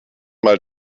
mal